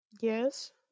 Yes